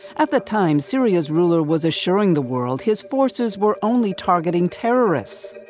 at the time, syria's ruler was assuring the world his forces were only targeting terrorists.